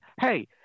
hey